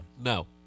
No